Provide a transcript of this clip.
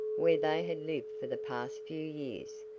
where they had lived for the past few years.